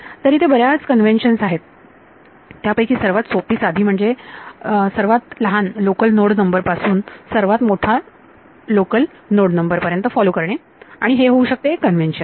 तरी ते बर्याच कन्वेंशन आहेत त्यापैकी सर्वात सोपी साधी म्हणजे सर्वात लहान लोकल नोड नंबर पासून सर्वात मोठा लोकल नोड नंबर पर्यंत फॉलो करणे हे होऊ शकते एक कन्व्हेन्शन